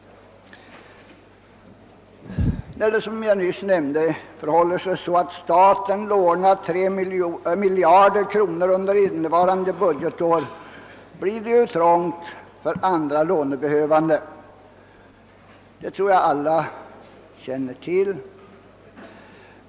När det, som jag nyss nämnde, förhåller sig så att staten lånar 3 miljarder kronor under innevarande budgetår blir det trångt för andra lånebehövande. Detta tror jag att alla känner till.